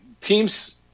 teams